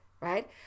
right